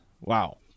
Wow